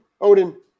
Odin